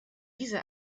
diese